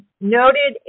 noted